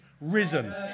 risen